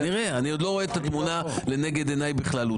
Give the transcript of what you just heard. אני עוד לא רואה את התמונה בכללותה לנגד עיניי.